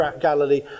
Galilee